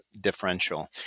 differential